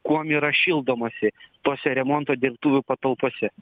kuom yra šildomasi tose remonto dirbtuvių patalpose